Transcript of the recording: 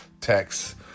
text